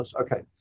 Okay